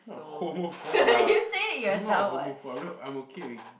not a homophobe lah I'm not a homophobe lah I'm okay with